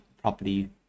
property